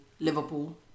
Liverpool